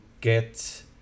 get